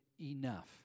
enough